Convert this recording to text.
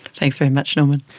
thanks very much norman.